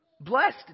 Blessed